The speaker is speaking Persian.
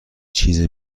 چیز